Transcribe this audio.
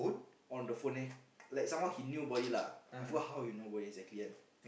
on the phone then l~ like somehow he knew about it lah I forgot how he know about it exactly one